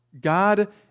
God